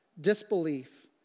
disbelief